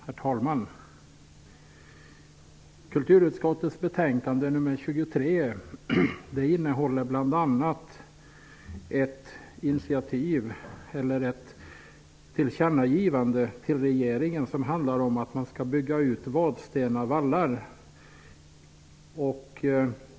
Herr talman! Kulturutskottets betänkande nr 23 innehåller bl.a. ett tillkännagivande till regeringen om att bygga ut Vadstena vallar.